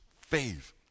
faith